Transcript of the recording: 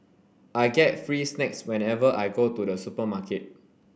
I get free snacks whenever I go to the supermarket